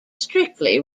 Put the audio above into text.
strictly